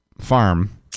farm